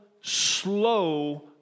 slow